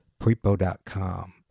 Prepo.com